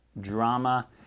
drama